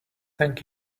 thank